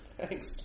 Thanks